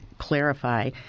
clarify